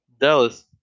Dallas